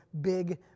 big